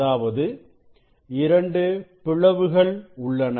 அதாவது இரண்டு பிளவுகள் உள்ளன